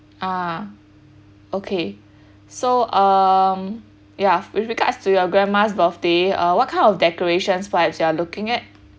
ah okay so um yeah with regards to your grandma's birthday uh what kind of decorations for you are looking at